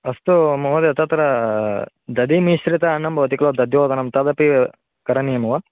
अस्तु महोदय तत्र दधिमिश्रित अन्नं भवति खलु दध्योदनं तदपि करणीयं वा